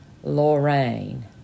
Lorraine